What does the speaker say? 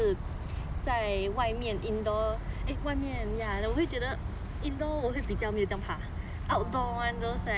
外面 ya indoor 我会比较没有酱怕 outdoor those like !wah! I cannot eh when I really